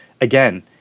again